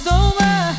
over